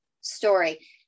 story